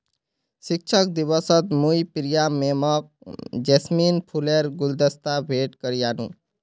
शिक्षक दिवसत मुई प्रिया मैमक जैस्मिन फूलेर गुलदस्ता भेंट करयानू